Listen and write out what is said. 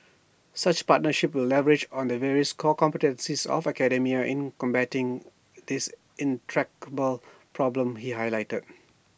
such partnerships will leverage on the various core competencies of academia in combating this intractable problem he highlighted